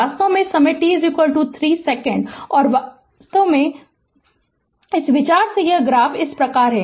वास्तव में समय t 3 सेकंड और वास्तव में विचार इस प्रकार है यह ग्राफ इस प्रकार है